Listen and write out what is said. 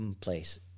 place